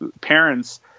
parents